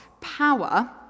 power